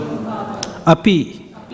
Api